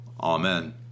amen